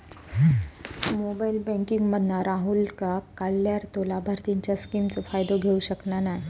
mobile banking मधना राहूलका काढल्यार तो लाभार्थींच्या स्किमचो फायदो घेऊ शकना नाय